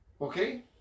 okay